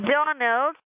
Donald